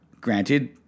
Granted